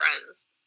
friends